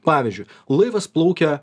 pavyzdžiui laivas plaukia